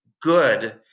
good